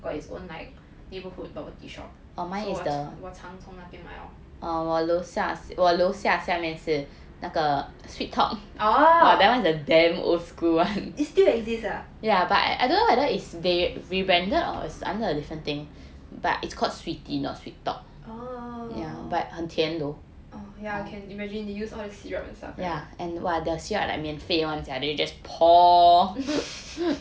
got its own like neighborhood bubble tea shop so 我常从那边买 lor oh oh yeah can imagine they use all the syrup and stuff right